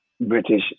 British